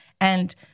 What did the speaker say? and-